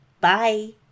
Bye